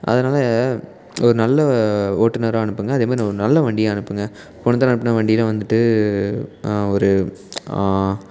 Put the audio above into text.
அதனால ஒரு நல்ல ஓட்டுனராக அனுப்புங்க அதே மாதிரி ஒரு நல்ல வண்டியாக அனுப்புங்க போன தடவை அனுப்பின வண்டியில் வந்துட்டு ஒரு